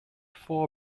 four